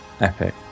epic